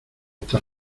estar